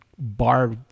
Bar